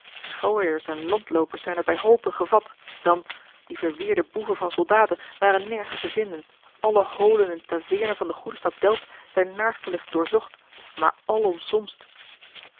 schooiers en landloopers zijn er bij hoopen gevat dan die verweerde boeven van soldaten waren nergens te vinden alle holen en taveernen van de goede stad delft zijn naarstiglijk doorzocht maar al